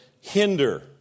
hinder